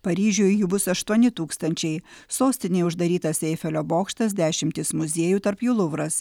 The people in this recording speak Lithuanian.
paryžiuje jų bus aštuoni tūkstančiai sostinėje uždarytas eifelio bokštas dešimtys muziejų tarp jų luvras